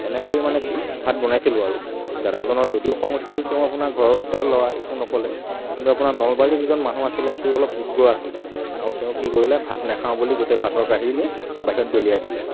এনেকৈ মানে কি ভাত বনাইছিলোঁ আৰু দাদাজনৰ যদিও খং উঠিছিল তেওঁ আপোনাৰ ঘৰৰ ওচৰৰ ল'ৰা একো নকলে কিন্তু আপোনাৰ নলবাৰীৰ যিজন মানুহ আছিলে তেওঁ অলপ উগ্ৰ আছিলে আৰু তেওঁ কি কৰিলে ভাত নেখাওঁ বুলি গোটেই ভাতৰ কাঁহী নি বাহিৰত দলিয়াই দিলে